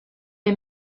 que